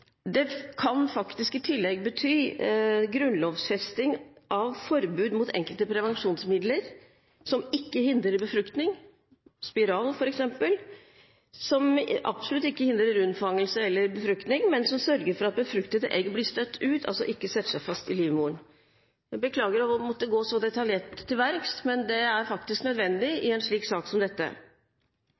Det kan faktisk i tillegg bety grunnlovfesting av forbud mot enkelte prevensjonsmidler som ikke hindrer befruktning, spiral f.eks., som absolutt ikke hindrer unnfangelse eller befruktning, men som sørger for at befruktede egg blir støtt ut, altså ikke setter seg fast i livmoren. Jeg beklager å måtte gå så detaljert til verks, men det er faktisk nødvendig i en sak som